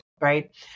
right